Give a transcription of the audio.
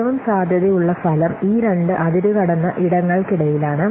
ഏറ്റവും സാധ്യതയുള്ള ഫലം ഈ രണ്ട് അതിരുകടന്ന ഇടങ്ങൾക്കിടയിലാണ്